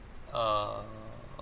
err